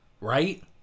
right